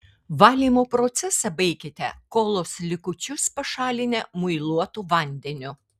valymo procesą baikite kolos likučius pašalinę muiluotu vandeniu